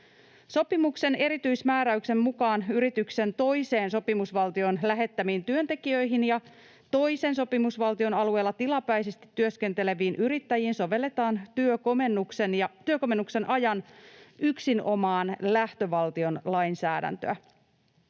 Sopimuksen erityismääräyksen mukaan yrityksen toiseen sopimusvaltioon lähettämiin työntekijöihin ja toisen sopimusvaltion alueella tilapäisesti työskenteleviin yrittäjiin sovelletaan työkomennuksen ajan yksinomaan lähtövaltion lainsäädäntöä.